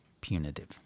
punitive